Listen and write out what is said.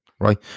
Right